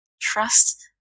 trust